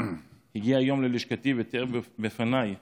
הגיע היום ללשכתי ותיאר בפניי